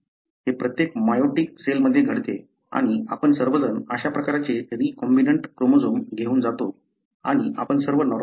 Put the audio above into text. हे प्रत्येक मियोटिक सेलमध्ये घडते आणि आपण सर्वजण अशा प्रकारचे रीकॉम्बीनंट क्रोमोझोम घेऊन जातो आणि आपण सर्व नॉर्मल आहोत